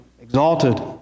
exalted